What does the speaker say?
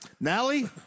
nally